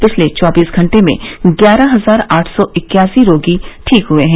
पिछले चौबीस घंटे में ग्यारह हजार आठ सौ इक्यासी रोगी ठीक हुए हैं